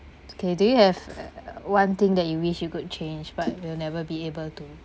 okay do you have one thing that you wish you could change but will never be able to